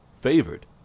favored